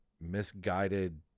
misguided